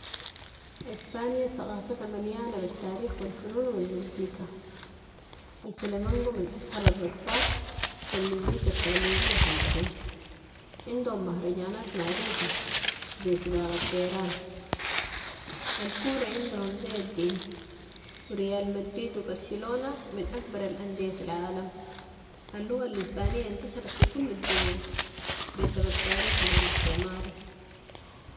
اسبانيا ثقافتها مليانة بالتاريخ و الفنون و المزيكا. الفلامنقو من اشهر الرقصات و المزيكا التقليدية حقتهم، عندهم مهرجانات معروفة، زي سباق التيران. الكورة عندهم زي الدين و ريال مدريد و برشلونة من اكبر ال اندية في العالم. اللغة الإسبانية انتشرت في كل الدنيا بسبب تاريخهم الاستعماري.